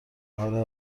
آره